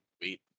wait